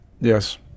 yes